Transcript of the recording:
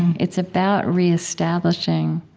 it's about reestablishing,